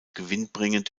gewinnbringend